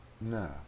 No